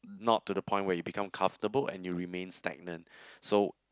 not to the point where you become comfortable and you remain stagnant so